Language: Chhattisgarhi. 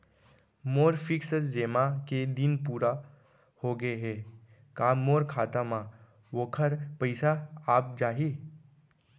मोर फिक्स जेमा के दिन पूरा होगे हे का मोर खाता म वोखर पइसा आप जाही?